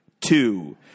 two